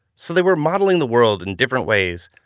so they were modeling the world in different ways,